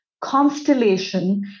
constellation